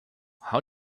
how